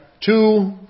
two